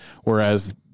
whereas